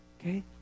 Okay